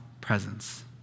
presence